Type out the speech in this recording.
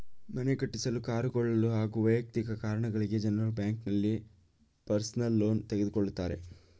ಮನೆ ಕಟ್ಟಿಸಲು ಕಾರು ಕೊಳ್ಳಲು ಹಾಗೂ ವೈಯಕ್ತಿಕ ಕಾರಣಗಳಿಗಾಗಿ ಜನರು ಬ್ಯಾಂಕ್ನಲ್ಲಿ ಪರ್ಸನಲ್ ಲೋನ್ ತೆಗೆದುಕೊಳ್ಳುತ್ತಾರೆ